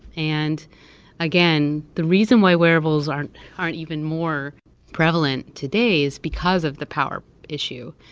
and again, the reason why wearables aren't aren't even more prevalent today is because of the power issue.